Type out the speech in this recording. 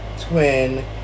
twin